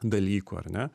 dalykų ar ne